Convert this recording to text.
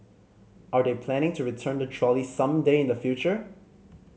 are they planning to return the trolley some day in the future